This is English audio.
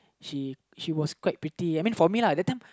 she she was quite pretty I mean for me lah that time